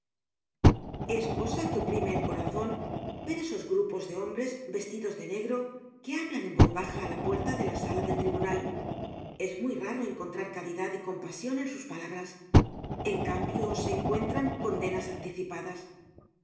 es cosa que oprime el corazon ver esos grupos de hombres vestidos de negro que hablan en voz baja á la puerta de la sala del tribunal es muy raro encontrar caridad y compasion en sus palabras en cambio se encuentran condenas anticipadas